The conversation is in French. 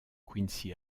quincy